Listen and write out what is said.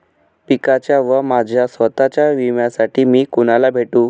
पिकाच्या व माझ्या स्वत:च्या विम्यासाठी मी कुणाला भेटू?